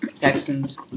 Texans